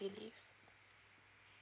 leave